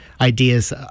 ideas